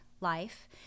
life